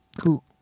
cool